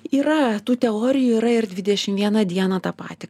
yra tų teorijų yra ir dvidešim vieną dieną tą patį